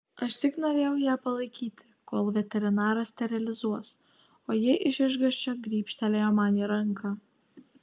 aš tik norėjau ją palaikyti kol veterinaras sterilizuos o ji iš išgąsčio gribštelėjo man į ranką